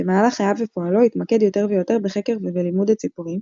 במהלך חייו ופועלו התמקד יותר ויותר בחקר ולימוד הציפורים,